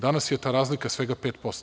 Danas je ta razlika svega 5%